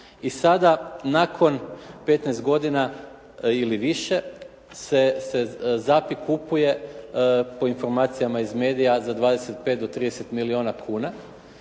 i sada nakon 15 godina ili više se ZAPI kupuje po informacijama iz medija za 25 do 30 milijuna kuna.